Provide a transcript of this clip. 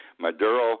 maduro